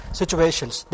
situations